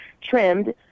trimmed